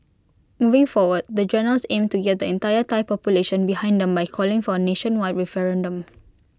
moving forward the generals aim to get the entire Thai population behind them by calling for A nationwide referendum